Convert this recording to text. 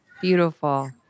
Beautiful